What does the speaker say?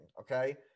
okay